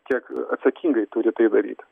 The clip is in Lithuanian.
kiek atsakingai turi tai daryt